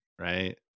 right